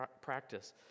practice